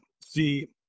see